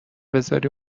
بزاری